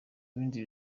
bindi